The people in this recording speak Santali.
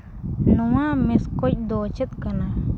ᱱᱚᱣᱟ ᱢᱮᱥᱠᱚᱡ ᱫᱚ ᱪᱮᱫ ᱠᱟᱱᱟ